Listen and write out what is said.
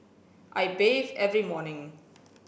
I bathe every morning